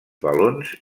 valons